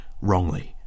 wrongly